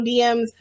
DMs